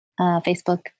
Facebook